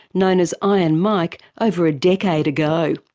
known as iron mike, over a decade ago.